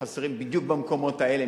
חסרים בדיוק במקומות האלה,